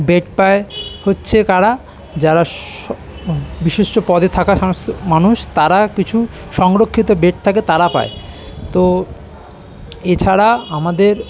bed পায় হচ্ছে কারা যারা স বিশেষ্য পদে থাকা সমস্ত মানুষ তারা কিছু সংরক্ষিত বেড থাকে তারা পায় তো এছাড়া আমাদের